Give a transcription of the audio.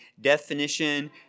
definition